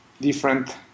different